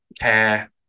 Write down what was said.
care